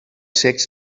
secs